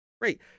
great